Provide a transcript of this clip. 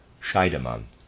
Scheidemann